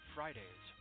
Fridays